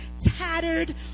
tattered